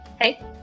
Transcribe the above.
Hey